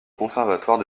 conservatoire